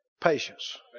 Patience